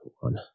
one